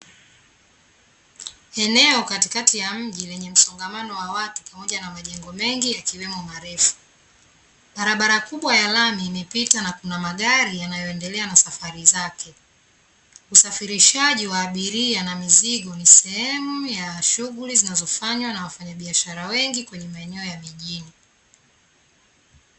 Eneo katikati ya mji lenye msongamano wa watu pamoja majengo mengi yakiwemo marefu. Barabara kubwa ya lami imepita na kuna magari yanayoendelea na safari zake. Usafirishaji wa abiria na mizigo ni sehemu ya shughuli zinazofanywa na wafanyabiashara wengi kwenye maeneo ya mijini.